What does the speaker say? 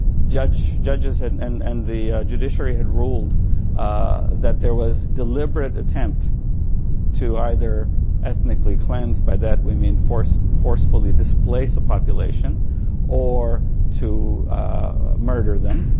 judges judges and and the judiciary had ruled that there was deliberate attempt to either ethnically cleanse, by that we mean force forcefully displace a population or to murder them,